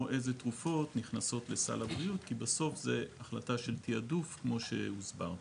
אילו תרופות נכנסות לסל הבריאות כי בסוף זה החלטה של תעדוף כמו שהוסבר.